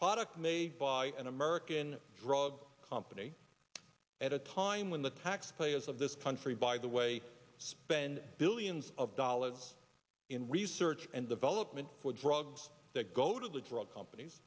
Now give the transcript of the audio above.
products made by an american drug company at a time when the taxpayers of this country by the way spend billions of dollars in research and development for drugs that go to the drug companies